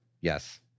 Yes